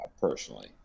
personally